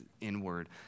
inward